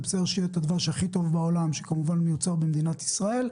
זה בסדר שיהיה את הדבש כי טוב בעולם שכמובן נמצא במדינת ישראל.